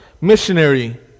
missionary